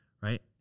Right